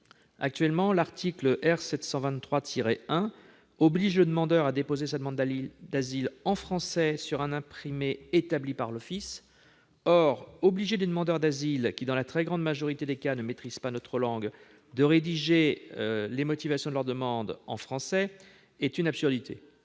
Actuellement, l'article R. 723-1 oblige le demandeur à déposer sa demande d'asile « en français sur un imprimé établi par l'office ». Or obliger des demandeurs d'asile qui, dans la très grande majorité des cas, ne maîtrisent pas notre langue à rédiger en français les motivations de leur demande est une absurdité.